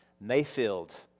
Mayfield